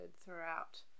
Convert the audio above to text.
throughout